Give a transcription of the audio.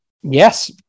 Yes